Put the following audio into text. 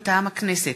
מטעם הכנסת: